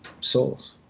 souls